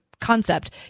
concept